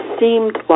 seemed